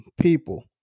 people